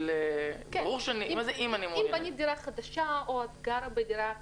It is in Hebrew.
אם בנית דירה חדשה או את גרה בדירה קיימת,